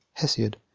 Hesiod